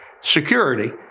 security